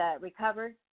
recovered